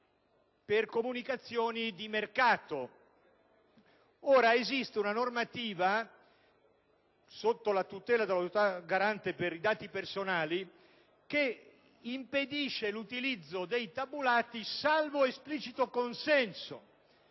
per comunicazioni di mercato. Esiste una normativa, sotto la tutela dell'Autorità garante per la protezione dei dati personali, che impedisce l'utilizzo dei tabulati salvo esplicito consenso;